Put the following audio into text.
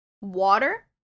water